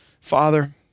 Father